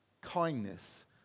Kindness